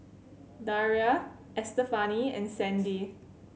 Daria Estefani and Sandy